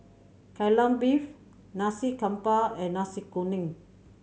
Kai Lan Beef Nasi Campur and Nasi Kuning